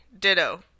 Ditto